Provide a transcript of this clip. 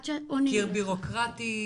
קיר בירוקרטי?